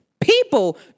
People